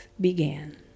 began